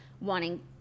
wanting